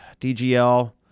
DGL